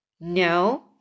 No